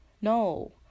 No